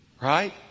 right